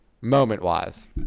moment-wise